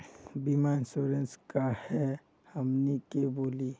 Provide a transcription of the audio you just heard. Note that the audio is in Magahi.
बीमा इंश्योरेंस का है हमनी के बोली?